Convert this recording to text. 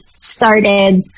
started